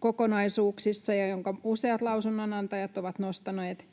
kokonaisuuksissa, ja jonka useat lausunnonantajat ovat nostaneet